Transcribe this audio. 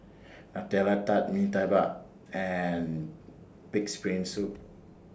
Nutella Tart Mee Tai Mak and Pig'S Brain Soup